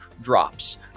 drops